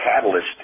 catalyst